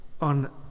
on